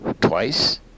Twice